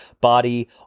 body